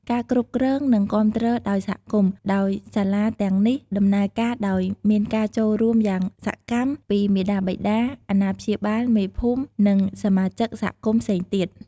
ការគ្រប់គ្រង និងគាំទ្រដោយសហគមន៍ ដោយសាលាទាំងនេះដំណើរការដោយមានការចូលរួមយ៉ាងសកម្មពីមាតាបិតា អាណាព្យាបាល មេភូមិ និងសមាជិកសហគមន៍ផ្សេងទៀត។